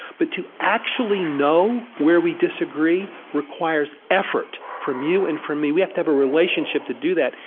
but to actually know where we disagree requires effort from you and from me. we have to have a relationship to do that.